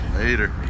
Later